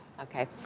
Okay